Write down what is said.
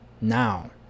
now